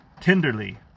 tenderly